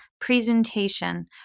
presentation